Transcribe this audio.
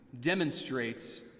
demonstrates